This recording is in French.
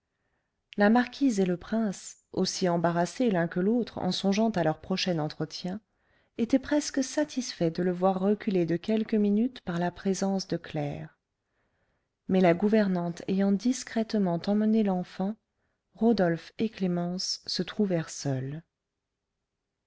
la marquise et le prince aussi embarrassés l'un que l'autre en songeant à leur prochain entretien étaient presque satisfaits de le voir reculé de quelques minutes par la présence de claire mais la gouvernante ayant discrètement emmené l'enfant rodolphe et clémence se trouvèrent seuls